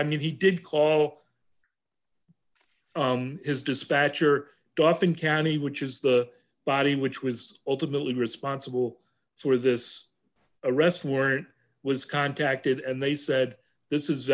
i mean he did call his dispatcher dawson county which is the body which was ultimately responsible for this arrest warrant was contacted and they said this is